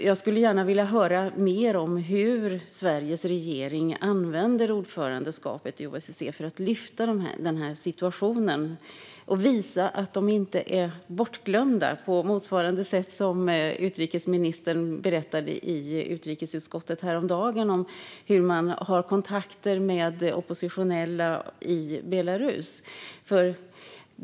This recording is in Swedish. Jag skulle gärna vilja höra mer om hur Sveriges regering använder ordförandeskapet i OSSE för att lyfta den situationen och visa att dessa människor inte är bortglömda, på motsvarande sätt som utrikesministern berättade i utrikesutskottet häromdagen om hur man har kontakter med oppositionella i Belarus.